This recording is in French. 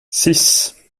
six